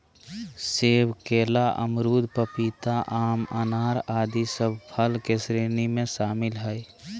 सेब, केला, अमरूद, पपीता, आम, अनार आदि सब फल के श्रेणी में शामिल हय